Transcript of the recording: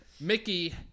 Mickey